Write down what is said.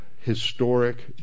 historic